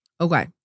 Okay